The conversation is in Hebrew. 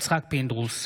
יצחק פינדרוס,